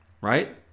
right